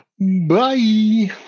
Bye